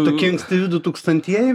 tokie ankstyvi dutūkstantieji